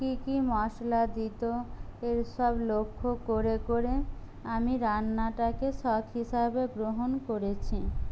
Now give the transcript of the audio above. কী কী মশলা দিত এইসব লক্ষ্য করে করে আমি রান্নাটাকে শখ হিসাবে গ্রহণ করেছি